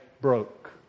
broke